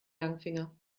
langfinger